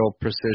precision